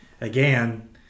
again